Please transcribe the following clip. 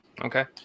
Okay